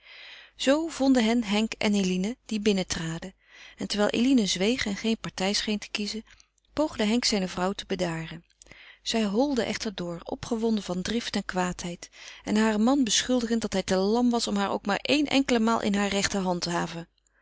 zoo vonden hen henk en eline die binnentraden en terwijl eline zweeg en geen partij scheen te kiezen poogde henk zijne vrouw te bedaren zij holde echter door opgewonden van drift en kwaadheid en haren man beschuldigend dat hij te lam was om haar ook maar een enkele maal in haar recht te handhaven